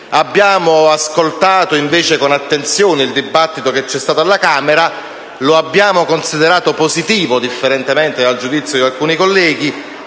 Abbiamo ascoltato invece con attenzione il dibattito svolto alla Camera e lo abbiamo considerato positivo, a differenza del giudizio di alcuni colleghi,